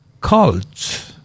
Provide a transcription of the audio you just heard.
cults